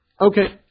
Okay